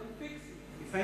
Don’t fix it.